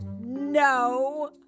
No